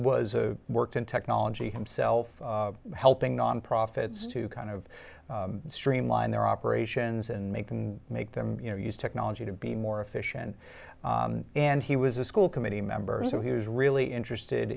was a worked in technology himself helping nonprofits to kind of streamline their operations and make and make them you know use technology to be more efficient and he was a school committee members who's really interested